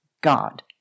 God